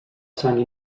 sang